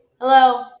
hello